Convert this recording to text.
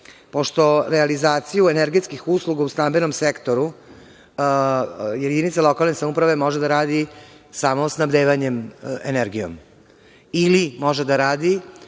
realizaciju energetskih usluga u stambenom sektoru jedinica lokalne samouprave može da radi samo snabdevanjem energijom ili može da radi